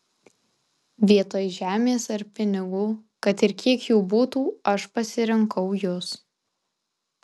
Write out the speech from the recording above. vietoj žemės ar pinigų kad ir kiek jų būtų aš pasirinkau jus